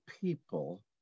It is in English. people